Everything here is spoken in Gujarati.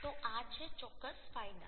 તો આ છે ચોક્કસ ફાયદા